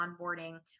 onboarding